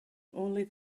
only